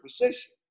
position